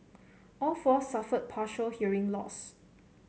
all four suffered partial hearing loss